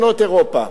מדינות אירופה,